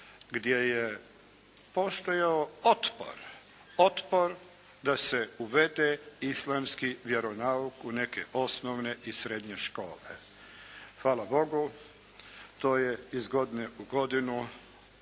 gdje je postojao otpor, otpor da se uvede islamski vjeronauk u neke osnovne i srednje škole. Hvala Bogu to je iz godine u godinu